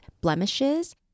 blemishes